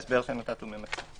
ההסבר שנתת ממצה.